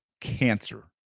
cancer